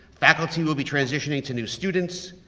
faculty will be transitioning to new students.